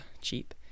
cheap